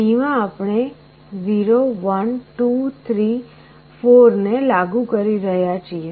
D માં આપણે 0 1 2 3 4 ને લાગુ કરી રહ્યા છીએ